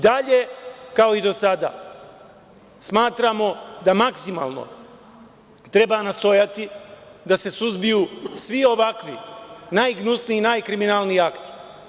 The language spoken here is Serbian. Dalje, kao i do sada, smatramo da maksimalno treba nastojati da se suzbiju svi ovakvi najgnusniji, najkriminalniji akti.